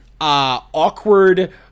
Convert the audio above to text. awkward